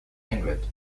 england